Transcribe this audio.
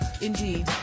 Indeed